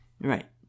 right